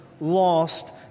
lost